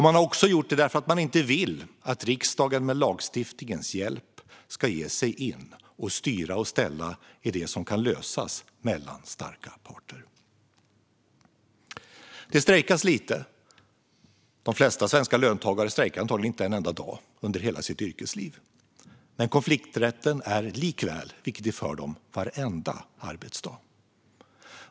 Man har också gjort det eftersom man inte vill att riksdagen med lagstiftningens hjälp ska ge sig in och styra och ställa i det som kan lösas mellan starka parter. Det strejkas lite. De flesta svenska löntagare strejkar antagligen inte en enda dag under hela sitt yrkesliv. Men konflikträtten är likväl viktig för dem varenda arbetsdag.